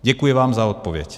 Děkuji vám za odpověď.